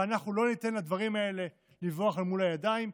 ואנחנו לא ניתן לדברים האלה לברוח לנו מבין הידיים.